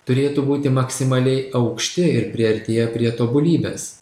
turėtų būti maksimaliai aukšti ir priartėję prie tobulybės